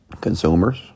Consumers